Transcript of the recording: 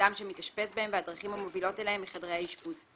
אדם שמתאשפז בהם והדרכים המובילות אליהם מחדרי האישפוז;